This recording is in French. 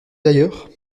d’ailleurs